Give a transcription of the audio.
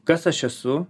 kas aš esu